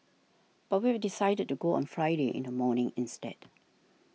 but we have decided to go on Friday in the morning instead